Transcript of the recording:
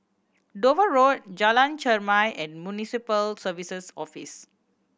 Dover Road Jalan Chermai and Municipal Services Office